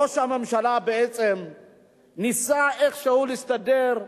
ראש הממשלה ניסה איכשהו להסתדר,